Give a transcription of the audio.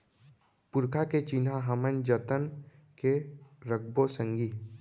पुरखा के चिन्हा हमन जतन के रखबो संगी